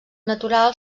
natural